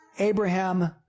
Abraham